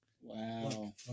Wow